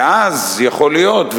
ואז יכול להיות,